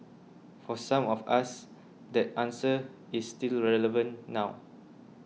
for some of us that answer is still relevant now